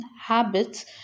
habits